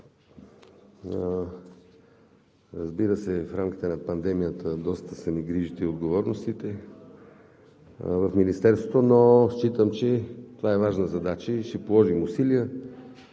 Разбира се, в рамките на пандемията доста са ни грижите и отговорностите в Министерството, но считам, че това е важна задача и ще положим усилия